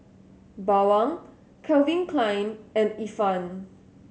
Bawang Calvin Klein and Ifan